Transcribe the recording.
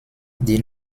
die